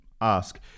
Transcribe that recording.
ask